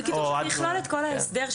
אם זה מה שאתם רוצים, זה מה שנוח לכם,